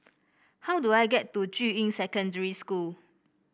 how do I get to Juying Secondary School